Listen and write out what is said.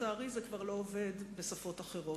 לצערי זה כבר לא עובד בשפות אחרות.